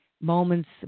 moments